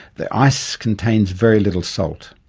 the ice contains very little salt.